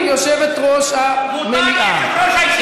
אבל אם יושבת-ראש המליאה,